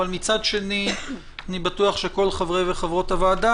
אבל מצד שני אני בטוח שכל חברי וחברות הוועדה